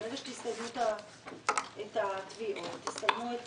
ברגע שתסיימו את התביעות ותסיימו את